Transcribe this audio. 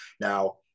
Now